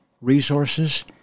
resources